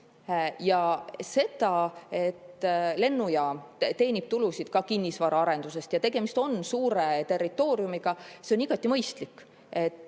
ja see, et lennujaam teenib tulu ka kinnisvaraarenduse pealt – tegemist on suure territooriumiga –, on igati mõistlik.